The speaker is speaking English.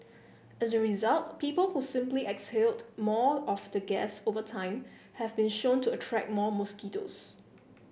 as a result people who simply exhale more of the gas over time have been shown to attract more mosquitoes